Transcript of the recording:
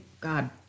god